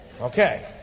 Okay